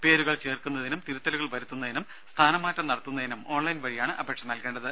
പേരുകൾ ചേർക്കുന്നതിനും തിരുത്തലുകൾ വരുത്തുന്നതിനും സ്ഥാനമാറ്റം നടത്തുന്നതിനും ഓൺലൈൻ വഴിയാണ് അപേക്ഷ നൽകേണ്ടത്